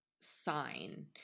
sign